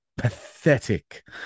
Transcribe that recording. pathetic